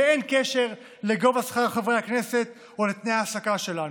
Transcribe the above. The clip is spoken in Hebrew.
אין קשר לגובה שכר חברי הכנסת או לתנאי ההעסקה שלנו.